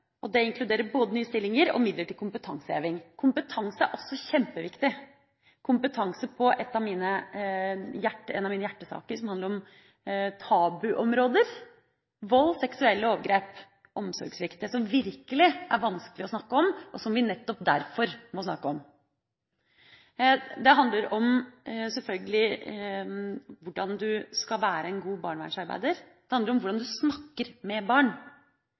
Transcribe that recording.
Det inkluderer både nye stillinger og midler til kompetanseheving. Kompetanse er også kjempeviktig, bl.a. kompetanse på en av mine hjertesaker, som handler om tabuområder: vold, seksuelle overgrep og omsorgssvikt – det som virkelig er vanskelig å snakke om, og som vi nettopp derfor må snakke om. Det handler selvfølgelig om hvordan man skal være en god barnevernsarbeider. Det handler om hvordan man snakker med barn.